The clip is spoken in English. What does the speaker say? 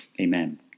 Amen